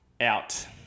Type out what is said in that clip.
Out